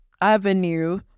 avenue